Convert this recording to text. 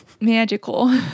magical